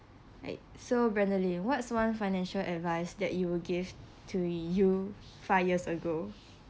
right so what's one financial advice that you will give to you five years ago